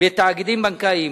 בתאגידים בנקאיים.